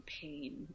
pain